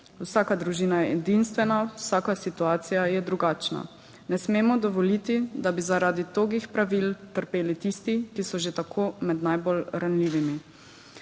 Vsaka družina je edinstvena, vsaka situacija je drugačna. Ne smemo dovoliti, da bi zaradi togih pravil trpeli tisti, ki so že tako med najbolj ranljivimi.